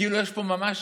כאילו יש פה ממש